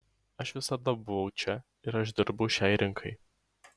aš visada buvau čia ir aš dirbau šiai rinkai